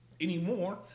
anymore